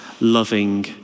loving